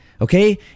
Okay